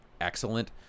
excellent